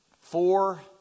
four